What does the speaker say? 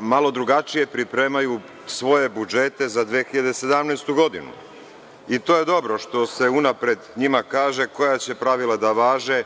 malo drugačije pripremaju svoje budžete za 2017. godinu i to je dobro što se unapred njima kaže koja će pravila da važe